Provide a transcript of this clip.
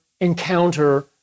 encounter